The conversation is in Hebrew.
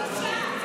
הכול בסדר.